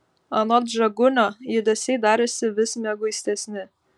anot žagunio judesiai darėsi vis mieguistesni